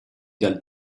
dal